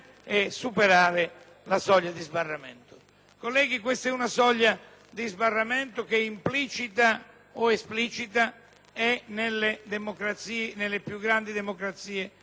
Colleghi, questa è una soglia di sbarramento che - implicita o esplicita - è nelle più grandi democrazie europee: